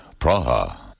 Praha